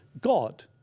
God